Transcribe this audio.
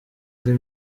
des